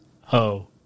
ho